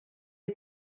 est